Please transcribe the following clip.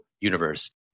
universe